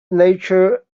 nature